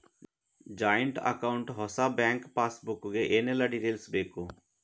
Joint account ಹೊಸ bank pass book ಗೆ ಏನೆಲ್ಲ ಡೀಟೇಲ್ಸ್ ಬೇಕು?